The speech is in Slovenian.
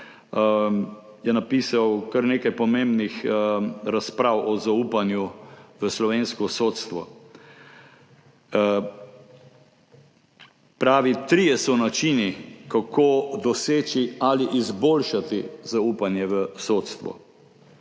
je napisal kar nekaj pomembnih razprav o zaupanju v slovensko sodstvo. Pravi: »Trije so načini, kako doseči ali izboljšati zaupanje v sodstvo.«